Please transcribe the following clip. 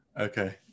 Okay